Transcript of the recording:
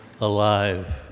alive